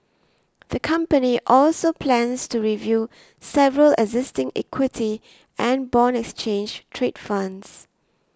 the company also plans to review several existing equity and bond exchange trade funds